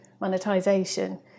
monetization